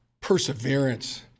perseverance